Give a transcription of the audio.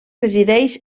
resideix